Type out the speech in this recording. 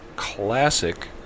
Classic